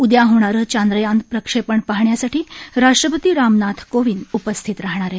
उदया होणारं चांद्रयान प्रक्षेपण पाहण्यासाठी राष्ट्रपती रामनाथ कोविंद उपस्थित राहणार आहेत